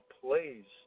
plays